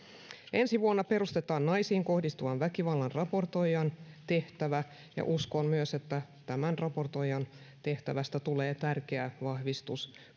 ensi vuonna perustetaan naisiin kohdistuvan väkivallan raportoijan tehtävä ja uskon myös että tämän raportoijan tehtävästä tulee tärkeä vahvistus